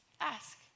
ask